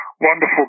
wonderful